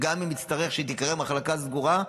גם אם נצטרך שהיא תיקרא מחלקה סגורה,